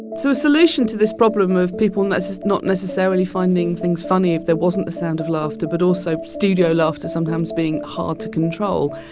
so a solution to this problem of people not not necessarily finding things funny if there wasn't the sound of laughter but also studio laughter sometimes being hard to control,